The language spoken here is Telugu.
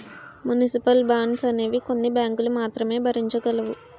మున్సిపల్ బాండ్స్ అనేవి కొన్ని బ్యాంకులు మాత్రమే భరించగలవు